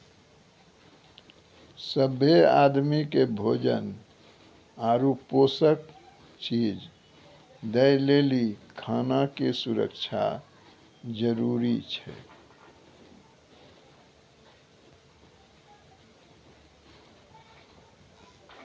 सभ्भे आदमी के भोजन आरु पोषक चीज दय लेली खाना के सुरक्षा जरूरी छै